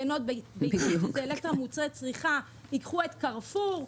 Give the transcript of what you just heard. יינות ביתן שזה אלקטרה מוצרי צריכה ייקחו את קרפור,